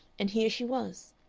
and here she was!